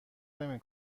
نمی